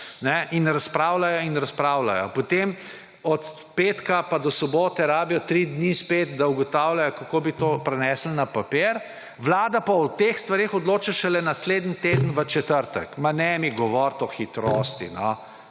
in razpravljajo in razpravljajo. Potem od petka pa do sobote rabijo spet tri dni, da ugotavljajo, kako bi to prenesli na papir. Vlada pa o teh stvareh odloča šele naslednji teden v četrtek. Ne mi govoriti o hitrosti,